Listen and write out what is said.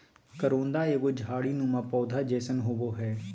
करोंदा एगो झाड़ी नुमा पौधा जैसन होबो हइ